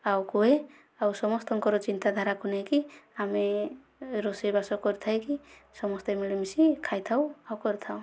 ଆଉ କୁହେ ଆଉ ସମସ୍ତଙ୍କର ଚିନ୍ତାଧାରାକୁ ନେଇକି ଆମେ ରୋଷେଇ ବାସ କରିଥାଇକି ସମସ୍ତେ ମିଳି ମିଶି ଖାଇଥାଉ ଆଉ କରିଥାଉ